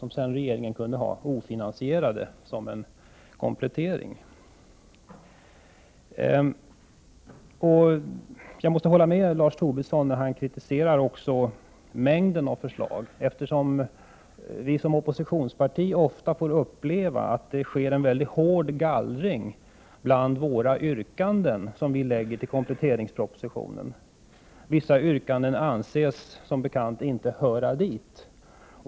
Regeringen kunde sedan ha dessa förslag ofinansierade, som en komplettering. Jag måste hålla med Lars Tobisson när han kritiserar också mängden av förslag, eftersom vi som oppositionsparti ofta får uppleva att det sker en mycket hård gallring bland de yrkanden som vi ställer i samband med kompletteringspropositionen. Vissa yrkanden anses som bekant inte höra dit.